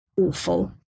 awful